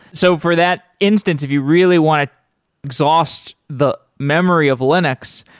so for that instance, if you really want to exhaust the memory of linux,